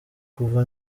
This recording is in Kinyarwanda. kuva